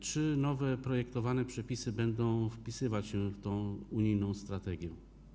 Czy nowe projektowane przepisy będą wpisywać się w tę unijną strategię?